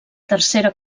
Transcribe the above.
tercera